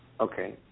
Okay